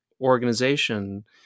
organization